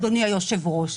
אדוני היושב ראש.